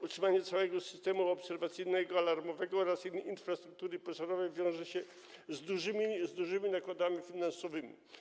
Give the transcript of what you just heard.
Utrzymanie całego systemu obserwacyjno-alarmowego oraz infrastruktury pożarowej wiąże się z dużymi nakładami finansowymi.